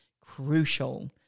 crucial